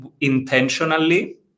Intentionally